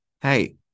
hey